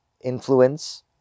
influence